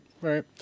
Right